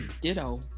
ditto